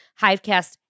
Hivecast